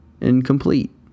incomplete